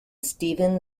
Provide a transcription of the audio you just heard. stephen